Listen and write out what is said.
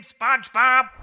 SpongeBob